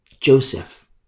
Joseph